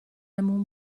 موم